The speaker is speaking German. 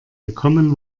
gekommen